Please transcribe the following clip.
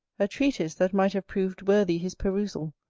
a treatise that might have proved worthy his perusal,